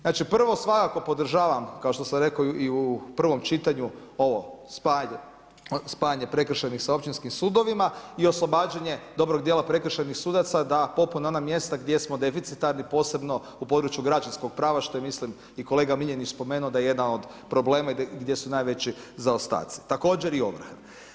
Znači prvo, svakako podržavam kao što sam rekao i u prvom čitanju ovo spajanje prekršajnih s općinskim sudovima i oslobađanje dobrog dijela prekršajnih sudaca da popune ona mjesta gdje smo deficitarni posebno u području građanskog prava što je mislim i kolega Miljenić spomenuo da je jedan od problema gdje su najveći zaostaci, također i ovrha.